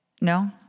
no